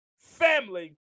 family